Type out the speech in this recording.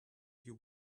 you